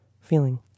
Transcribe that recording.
feeling